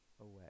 away